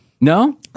No